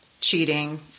cheating